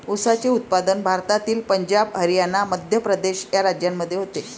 ऊसाचे उत्पादन भारतातील पंजाब हरियाणा मध्य प्रदेश या राज्यांमध्ये होते